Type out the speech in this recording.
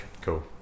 Cool